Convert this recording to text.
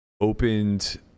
opened